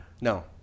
No